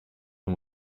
and